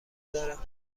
دارم